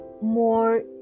more